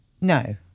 no